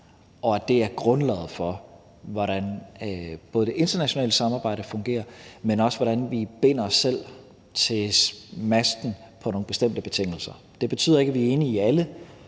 og at det er grundlaget for, hvordan både det internationale samarbejde fungerer, men også for, hvordan vi binder os selv til masten på nogle bestemte betingelser. Det betyder ikke, at vi enige i alle